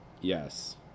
Yes